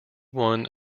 won